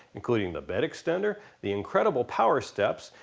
including the bedxtender, the incredible powerstep,